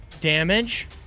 damage